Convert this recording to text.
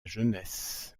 jeunesse